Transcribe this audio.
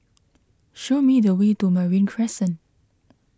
show me the way to Marine Crescent